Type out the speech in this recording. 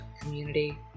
community